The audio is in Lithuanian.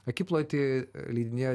akiplotį leidinyje